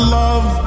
love